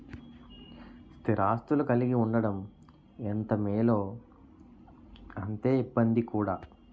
స్థిర ఆస్తులు కలిగి ఉండడం ఎంత మేలో అంతే ఇబ్బంది కూడా